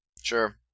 Sure